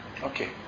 Okay